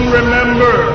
remember